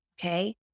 Okay